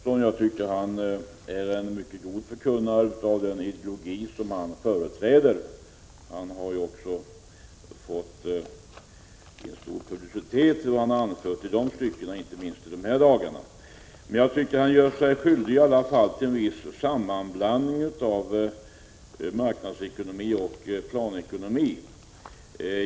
Fru talman! Jörn Svensson är en mycket god förkunnare av den ideologi som han företräder. Han har också fått stor publicitet för vad han har anfört i de styckena, inte minst i dessa dagar. Han gör sig ändå skyldig till en viss sammanblandning av marknadsekonomi och planekonomi.